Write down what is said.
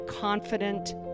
confident